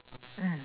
mm